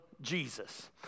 Jesus